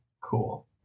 Cool